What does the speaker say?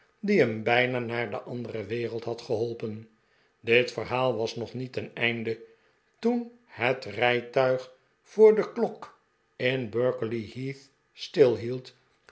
die hem bijna naar de andere wereld had geholpen dit verhaal was nog niet ten einde toen het rijtuig voor de klok in